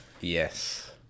Yes